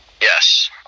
Yes